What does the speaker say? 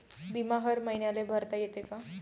बिमा हर मईन्याले भरता येते का?